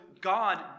God